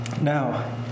Now